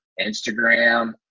Instagram